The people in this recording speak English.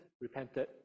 repented